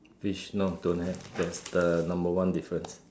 fish no don't have that's the number one difference